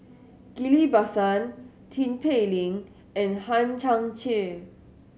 Ghillie Basan Tin Pei Ling and Hang Chang Chieh